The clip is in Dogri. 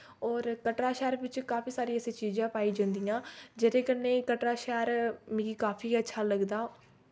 और कटरा शैह्र बिच काफी सारी ऐसी चीजां पाई जंदियां जेह्दे कन्नै कटरा शैह्र मिकी काफी अच्छा लगदा